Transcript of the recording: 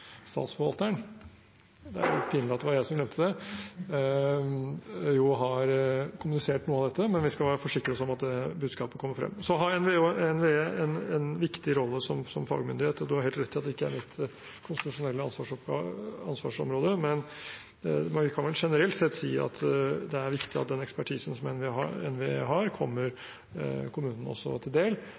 har kommunisert noe av dette. Vi skal forsikre oss om at budskapet kommer frem. NVE har en viktig rolle som fagmyndighet, og representanten har helt rett i at det ikke er mitt konstitusjonelle ansvarsområde, men vi kan vel generelt sett si at det er viktig at den ekspertisen som NVE har, også kommer kommunene til del,